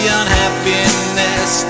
unhappiness